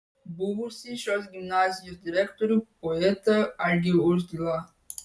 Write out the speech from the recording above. buvusį šios gimnazijos direktorių poetą algį uzdilą